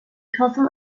cousin